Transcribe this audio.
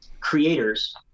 creators